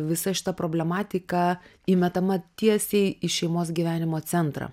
visa šita problematika įmetama tiesiai į šeimos gyvenimo centrą